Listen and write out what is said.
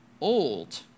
old